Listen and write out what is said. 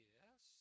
Yes